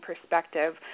perspective